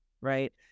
Right